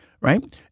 Right